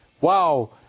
wow